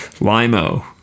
Limo